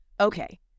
Okay